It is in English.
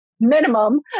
minimum